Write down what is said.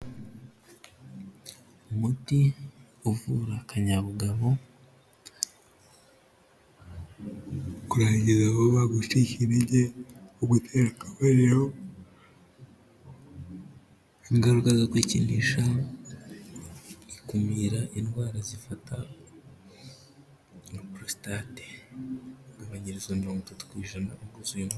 Umuti uvura akanyabugabo, kurangiza vuba, gucika intege mu gutera akabariro, ingaruka zo kwikinisha, gukumira indwara zifata nka prostate, ugabanyirizwa mirongo itatu kw'ijana kuyo uguzeho.